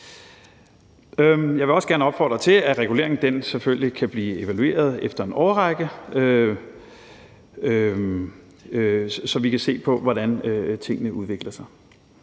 Jeg vil også gerne opfordre til, at reguleringen selvfølgelig kan blive evalueret efter en årrække, så vi kan se på, hvordan tingene udvikler sig.